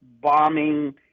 bombing